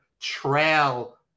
trail